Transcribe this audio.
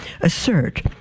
assert